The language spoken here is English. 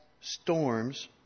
storms